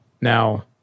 Now